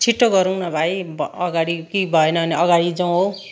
छिट्टो गरौँ न भाइ भ अगाडि कि भएन भने अगाडि जाऔँ हौ